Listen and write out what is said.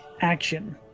action